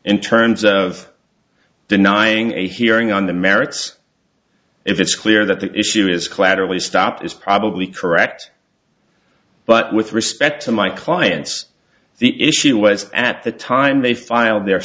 in terms of denying a hearing on the merits if it's clear that the issue is collaterally stop is probably correct but with respect to my clients the issue was at the time they filed their